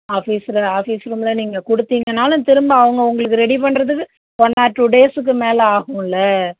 ஆஃபீஸில் ஆஃபீஸ் ரூம்மில் நீங்கள் கொடுத்தீங்கன்னாலும் திரும்ப அவங்க உங்களுக்கு ரெடி பண்ணுறத்துக்கு ஒன் ஆர் டூ டேஸுக்கு மேலே ஆகுல்ல